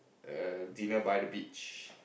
err dinner by the beach